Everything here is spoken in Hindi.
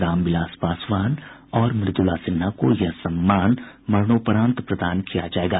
रामविलास पासवान और मुद्रला सिन्हा को यह सम्मान मरणोपरांत प्रदान किया जायेगा